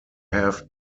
have